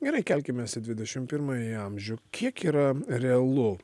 gerai kelkimės į dvidešimt pirmąjį amžių kiek yra realu